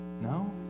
No